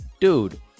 Dude